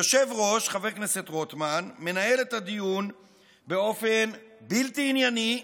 היושב-ראש חבר הכנסת רוטמן מנהל את הדיון באופן בלתי ענייני,